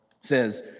says